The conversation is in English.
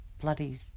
bloody